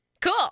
cool